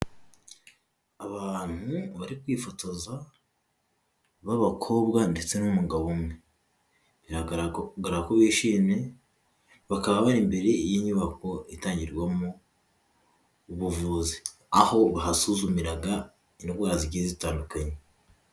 Abantu bari kwifotoza b'abakobwa ndetse n'umugabo umwe, biragaragara ko bishimye, bakaba bari imbere y'inyubako itangirwamo ubuvuzi. Aho bahasuzumiraga indwara zigiye zitandukanye.